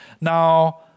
Now